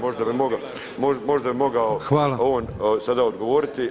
Možda bi mogao on sada odgovoriti.